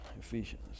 Ephesians